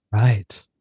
right